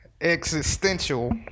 existential